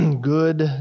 good